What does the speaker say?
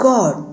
God